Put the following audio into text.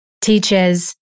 teachers